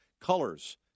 Colors